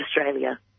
Australia